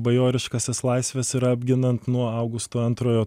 bajoriškasias laisves ir apginant nuo augusto antrojo